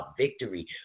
victory